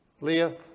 Leah